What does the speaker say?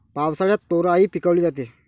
पावसाळ्यात तोराई पिकवली जाते